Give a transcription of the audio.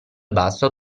basso